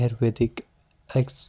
ayurvedic X